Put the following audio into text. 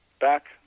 back